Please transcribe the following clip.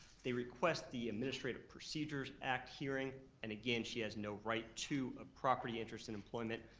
they request the administrative procedures act hearing, and again, she has no right to a property interest in employment,